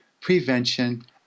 prevention